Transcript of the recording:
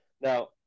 Now